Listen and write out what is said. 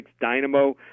Dynamo